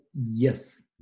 yes